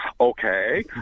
okay